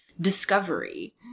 Discovery